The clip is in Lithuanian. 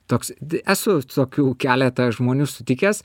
toks esu tokių keletą žmonių sutikęs